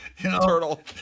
Turtle